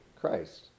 christ